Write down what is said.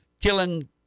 killing